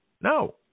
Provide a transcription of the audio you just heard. No